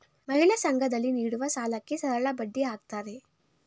ಮಹಿಳಾ ಸಂಘ ದಲ್ಲಿ ನೀಡುವ ಸಾಲಕ್ಕೆ ಸರಳಬಡ್ಡಿ ಹಾಕ್ತಾರೆ